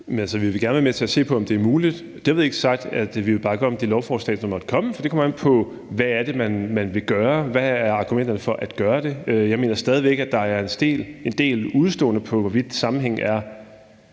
vil gerne være med til at se på, om det er muligt. Dermed ikke sagt, at vi vil bakke op om det lovforslag, der måtte komme, for det kommer an på, hvad det er, man vil gøre, og hvad argumenterne for at gøre det er. Jeg mener stadig væk, at der er en del udeståender, i forhold til om sammenhængen